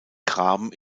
graben